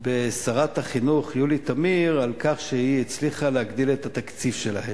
בשרת החינוך יולי תמיר על כך שהיא הצליחה להגדיל את התקציב שלהן.